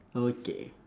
okay